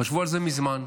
חשבו על זה מזמן.